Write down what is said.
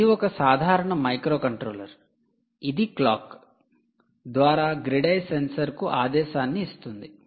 ఇది ఒక సాధారణ మైక్రోకంట్రోలర్ ఇది క్లాక్ ద్వారా గ్రిడ్ ఐ సెన్సార్ కు ఆదేశాన్ని ఇస్తుంది